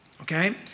Okay